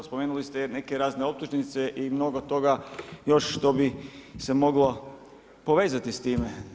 Spomenuli ste i neke razne optužnice i mnogo toga još što bi se moglo povezati s time.